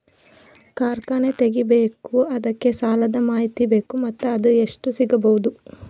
ಕಾರ್ಖಾನೆ ತಗಿಬೇಕು ಅದಕ್ಕ ಸಾಲಾದ ಮಾಹಿತಿ ಬೇಕು ಮತ್ತ ಅದು ಎಷ್ಟು ಸಿಗಬಹುದು?